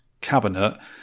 cabinet